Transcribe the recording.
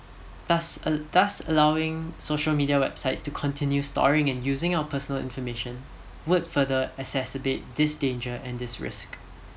thus al~ thus allowing social media websites to continue storing and using our personal information would further exacerbate this danger and this risk